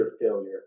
failure